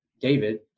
David